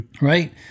Right